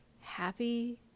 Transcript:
happy